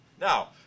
Now